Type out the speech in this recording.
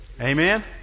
Amen